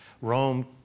Rome